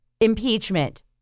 Impeachment